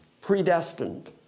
predestined